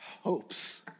hopes